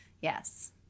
Yes